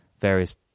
various